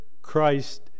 Christ